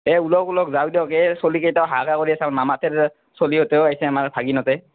এ উলাওক উলাওক যাওক দিয়ক হে চলি কেইটাই হাহাকাৰ কৰি আছে মামাহঁতেৰ চলিহঁতেও আহিছে আমাৰ ভাগিনহঁতে